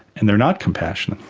and they are not compassionate.